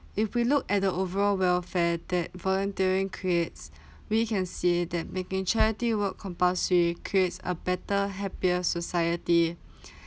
if we look at the overall welfare that volunteering creates we can see that making charity work compulsory creates a better happier society